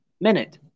minute